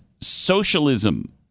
socialism